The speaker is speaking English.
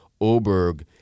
Oberg